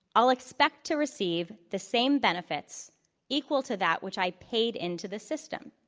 i'll expect to receive the same benefits equal to that which i paid into the system.